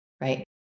Right